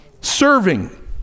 serving